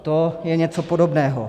To je něco podobného.